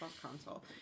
console